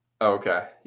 Okay